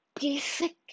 basic